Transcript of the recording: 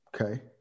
okay